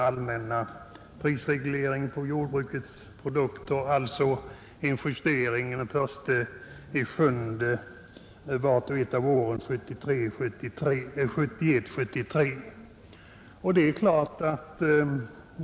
Man vill ha samma justeringar på jordbrukets produkter som i den allmänna prisregleringen, alltså en justering halvårsvis från den 1 juli vart och ett av åren 1971, 1972 och 1973.